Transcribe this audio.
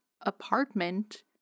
apartment